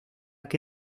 que